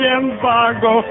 embargo